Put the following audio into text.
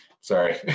sorry